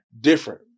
Different